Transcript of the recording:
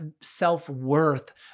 self-worth